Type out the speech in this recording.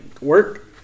work